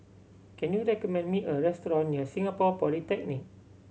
can you recommend me a restaurant near Singapore Polytechnic